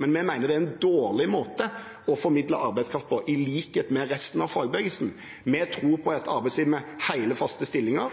Men vi mener, i likhet med resten av fagbevegelsen, at det er en dårlig måte å formidle arbeidskraft på. Vi tror på et arbeidsliv med hele, faste stillinger,